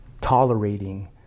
tolerating